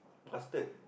bastard